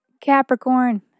capricorn